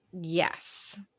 yes